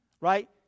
right